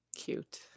cute